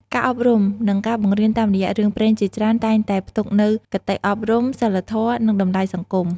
ការអប់រំ និងការបង្រៀនតាមរយះរឿងព្រេងជាច្រើនតែងតែផ្ទុកនូវ គតិអប់រំ សីលធម៌ និង តម្លៃសង្គម ។